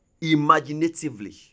imaginatively